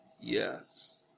yes